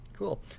Cool